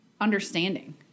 understanding